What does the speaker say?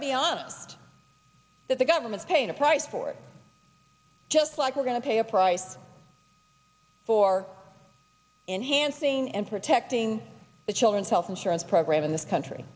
beyond that the government paid a price for it just like we're going to pay a price for enhancing and protecting the children's health insurance program in this country